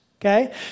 Okay